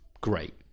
great